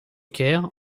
caire